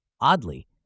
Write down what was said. Oddly